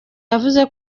yavuze